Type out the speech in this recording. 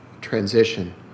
transition